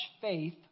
faith